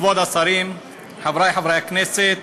כבוד השרים, חברי חברי הכנסת,